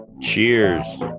Cheers